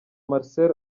marcel